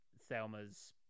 Thelma's